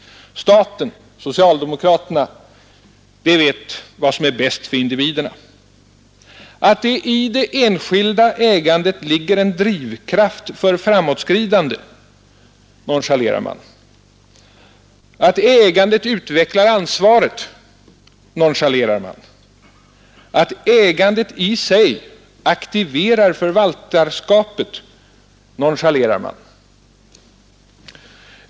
Staten — socialdemokraterna — vet vad som är bäst för individerna. Att i det enskilda ägandet ligger en drivkraft för framåtskridande nonchalerar man. Att ägandet utvecklar ansvaret nonchalerar man. Att ägandet i sig aktiverar förvaltarskapet nonchalerar man.